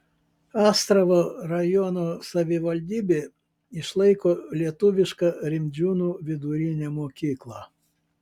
astravo rajono savivaldybė išlaiko lietuvišką rimdžiūnų vidurinę mokyklą